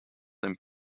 them